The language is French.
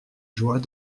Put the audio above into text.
joie